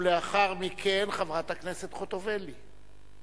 לאחר מכן, חברת הכנסת חוטובלי;